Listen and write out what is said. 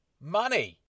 Money